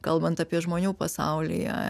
kalbant apie žmonių pasaulyje